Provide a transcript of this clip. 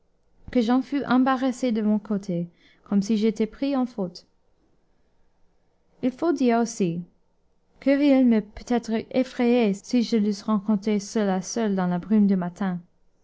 que j'en fus embarrassé de mon côté comme si j'étais pris en faute il faut dire aussi qu'huriel m'eut peut-être effrayé si je l'eusse rencontré seul à seul dans la brume du matin